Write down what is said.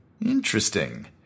Interesting